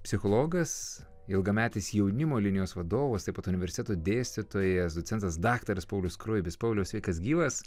psichologas ilgametis jaunimo linijos vadovas taip pat universiteto dėstytojas docentas daktaras paulius skruibis paulius sveikas gyvas